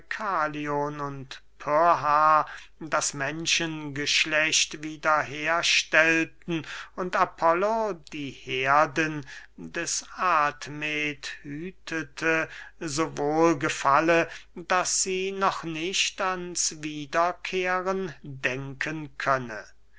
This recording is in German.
und pyrrha das menschengeschlecht wieder herstellten und apollo die herden des admet hütete so wohl gefalle daß sie noch nicht ans wiederkehren denken könne